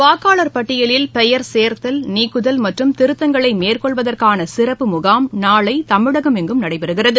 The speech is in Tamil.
வாக்காளர் பட்டியலில் பெயர் சேர்த்தல் நீக்குதல் மற்றும் திருத்தங்களை மேற்கொள்வதற்கான சிறப்பு முகாம் நாளை தமிழகம் ளங்கும் நடைபெறுகிறது